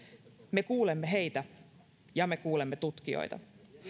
me kuulemme heitä ja me kuulemme tutkijoita